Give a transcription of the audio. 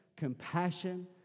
compassion